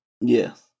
Yes